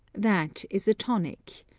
that is a tonic.